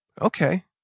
okay